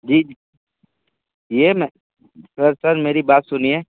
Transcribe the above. जी ये मैं sir sir मेरी बात सुनिए